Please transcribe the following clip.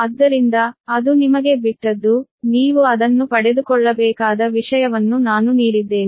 ಆದ್ದರಿಂದ ಅದು ನಿಮಗೆ ಬಿಟ್ಟದ್ದು ನೀವು ಅದನ್ನು ಪಡೆದುಕೊಳ್ಳಬೇಕಾದ ವಿಷಯವನ್ನು ನಾನು ನೀಡಿದ್ದೇನೆ